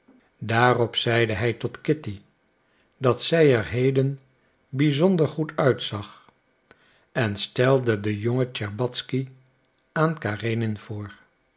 daarop zeide hij tot kitty dat zij er heden bizonder goed uitzag en stelde den jongen tscherbatzky aan karenin voor